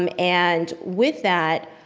um and with that,